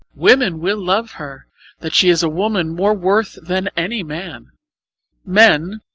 women will love her that she is a woman more worth than any man men,